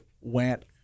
went